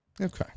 Okay